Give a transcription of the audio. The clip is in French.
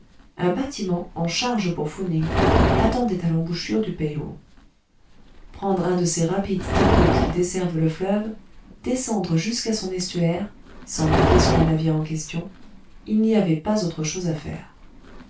un bâtiment en charge pour founing attendait à l'embouchure du peï ho prendre un de ces rapides steamboats qui desservent le fleuve descendre jusqu'à son estuaire s'embarquer sur le navire en question il n'y avait pas autre chose à faire